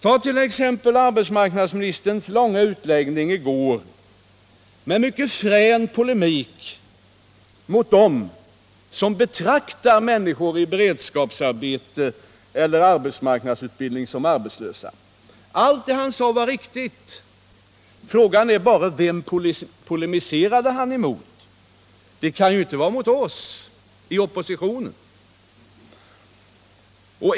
Tag t.ex. arbetsmarknadsministerns långa utläggning i går med mycket frän polemik mot dem som betraktar människor i beredskapsarbete eller arbetsmarknadsutbildning som arbetslösa. Allt det han sade var riktigt. Frågan var bara: Vem polemiserade han emot? Det kan ju inte vara mot oss i oppositionen.